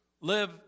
live